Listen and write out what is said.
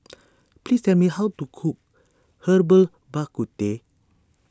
please tell me how to cook Herbal Bak Ku Teh